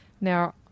now